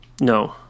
No